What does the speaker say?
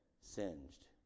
singed